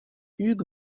hugh